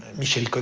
michelle